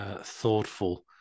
thoughtful